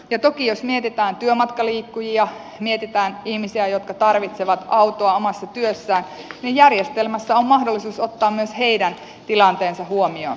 ja toki jos mietitään työmatkaliikkujia mietitään ihmisiä jotka tarvitsevat autoa omassa työssään tässä järjestelmässä on mahdollisuus ottaa myös heidän tilanteensa huomioon